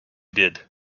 did